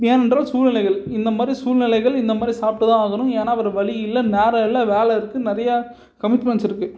ஏனென்றால் சூழ்நிலைகள் இந்த மாதிரி சூழ்நிலைகள் இந்த மாதிரி சாப்பிட்டு தான் ஆகணும் ஏன்னா அப்புறம் வழி இல்லை நேரம் இல்லை வேலை இருக்குது நிறையா கமிட்மெண்ட்ஸ் இருக்குது